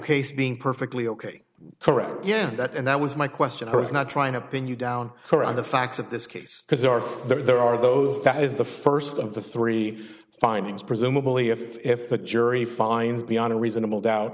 case being perfectly ok correct again that and that was my question i was not trying to pin you down on the facts of this case because there are there are those that is the first of the three findings presumably if if the jury finds beyond a reasonable doubt